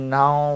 now